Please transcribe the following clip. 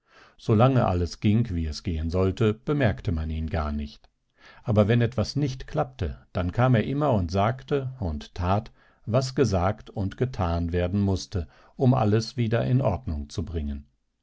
alles ging wie es gehen sollte bemerkte man ihn gar nicht aber wenn etwas nicht klappte dann kam er immer und sagte und tat was gesagt und getan werden mußte um alles wieder in ordnung zu bringen